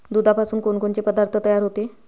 दुधापासून कोनकोनचे पदार्थ तयार होते?